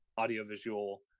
audiovisual